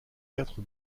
quatre